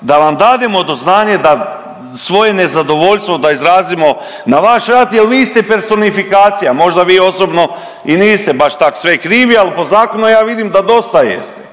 da vam dademo do znanja da svoje nezadovoljstvo za izrazimo na vaš rad jer vi ste personifikacija. Možda vi osobni i niste baš tak sve krivi, ali po zakonu ja vidim da dosta jeste,